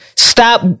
Stop